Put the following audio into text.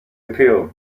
appeal